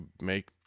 make